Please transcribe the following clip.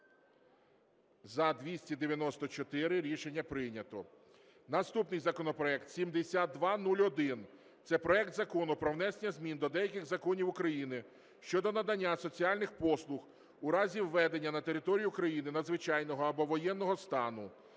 За-294 Рішення прийнято. Наступний законопроект 7201, це проект Закону про внесення змін до деяких законів України щодо надання соціальних послуг у разі введення на території України надзвичайного або воєнного стану.